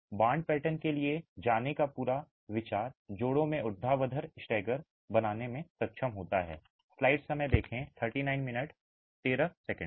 तो bond pattern के लिए जाने का पूरा विचार जोड़ों में ऊर्ध्वाधर स्टैगर बनाने में सक्षम होना है